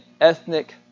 ethnic